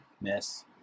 miss